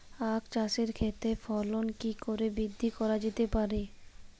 আক চাষের ক্ষেত্রে ফলন কি করে বৃদ্ধি করা যেতে পারে?